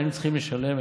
היינו צריכים לשלם,